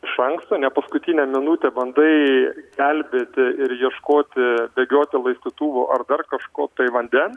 iš anksto ne paskutinę minutę bandai gelbėti ir ieškoti bėgioti laistytuvu ar dar kažko tai vanden